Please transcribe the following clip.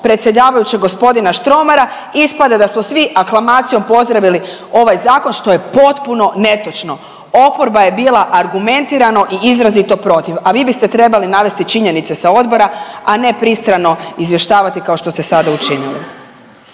predsjedavajućeg, g. Štromara, ispada smo svi aklamacijom pozdravili ovaj Zakon, što je potpuno netočno. Oporba je bila argumentirano i izrazito protiv, a biste trebali navesti činjenice sa odbora, a ne pristrano izvještavati, kao što ste sada učinili.